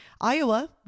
Iowa